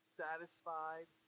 satisfied